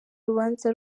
urubanza